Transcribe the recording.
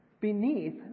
beneath